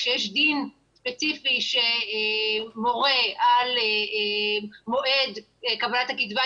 כשיש דין ספציפי שמורה על מועד קבלת הקצבה,